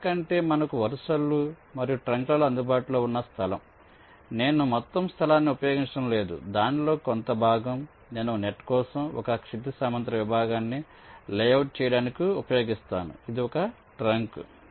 track అంటే మనకు వరుసలు మరియు ట్రంక్లలో అందుబాటులో ఉన్న స్థలం నేను మొత్తం స్థలాన్ని ఉపయోగించడం లేదు దానిలో కొంత భాగం నేను నెట్ కోసం ఒక క్షితిజ సమాంతర విభాగాన్ని లేఅవుట్ చేయడానికి ఉపయోగిస్తున్నాను అది ఒక ట్రంక్